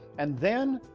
and then,